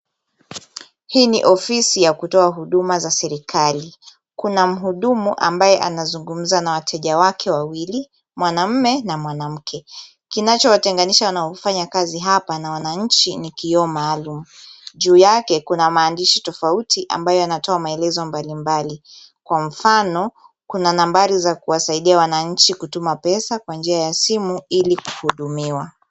Hii ni ofisi ya kutoa huduma za serikali. Kuna mhudumu ambaye anazungumza na wateja wake wawili, mwanaume na mwanamke. Kinachowatenganisha, wanaofanya kazi hapa na wananchi ni kioo maalum. Juu yake kuna maandishi tofauti ambayo yanatoa maelezo mbali mbali. Kwa mfano kuna nambari za kuwasaidia wananchi kutuma pesa kwa njia ya simu ili kuhudumiwa.